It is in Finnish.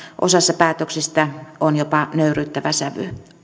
osassa päätöksistä on jopa nöyryyttävä sävy